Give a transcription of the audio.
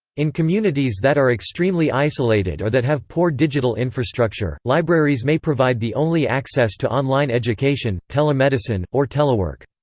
in communities that are extremely isolated or that have poor digital infrastructure, libraries may provide the only access to online education, telemedicine, or telework.